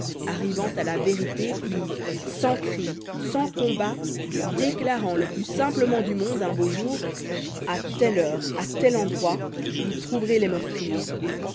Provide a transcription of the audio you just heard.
arrivant à la vérité puis sans cri sans combat déclarant le plus simplement du monde un beau jour à telle heure à tel endroit vous trouverez les meurtriers